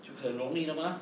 就很容易的吗